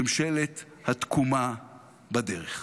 ממשלת התקומה בדרך.